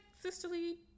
sisterly